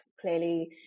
clearly